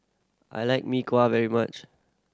I like Mee Kuah very much